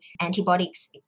antibiotics